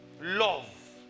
love